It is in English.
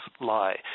lie